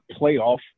playoff